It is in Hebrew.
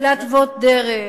להתוות דרך,